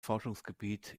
forschungsgebiet